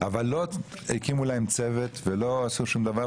אבל לא הקימו להם צוות ולא עשו שום דבר,